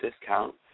discount